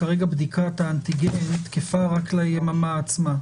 כרגע בדיקת האנטיגן תקפה רק ליממה עצמה,